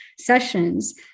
sessions